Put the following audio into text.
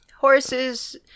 Horses